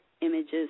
images